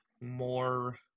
more